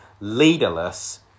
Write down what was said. Leaderless